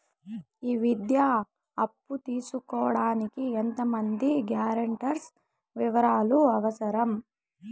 ఈ విద్యా అప్పు తీసుకోడానికి ఎంత మంది గ్యారంటర్స్ వివరాలు అవసరం?